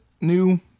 new